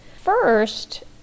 First